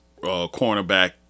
cornerback